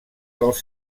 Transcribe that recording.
dels